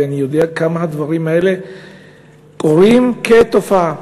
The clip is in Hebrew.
ואני יודע כמה הדברים האלה קורים כתופעה.